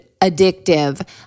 addictive